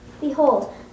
Behold